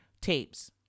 tapes